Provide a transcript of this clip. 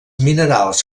minerals